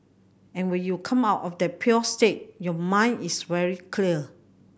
and when you come out of the pure state your mind is very clear